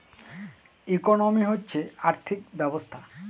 economy হচ্ছে আর্থিক ব্যবস্থা